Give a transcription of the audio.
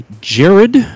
Jared